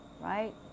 right